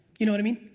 you know what i mean?